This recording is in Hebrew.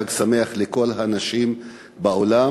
חג שמח לכל הנשים באולם,